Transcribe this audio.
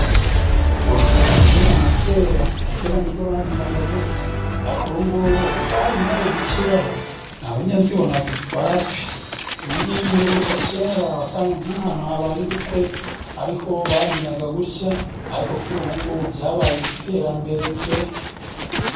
Bongeye kubyina nka kera, kera nibwo babyinaga gutya ariko ubu ngubu ubu se hari intore zikibaho? ntago njya nzibonaga wapi. Ibi mbiheruka kera wasangaga nk'ahantu habaye ubukwe ariho babyinaga gutya ariko kuri ubu ngubu byabaye iby'iterambere pe!